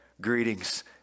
greetings